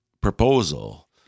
proposal